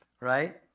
right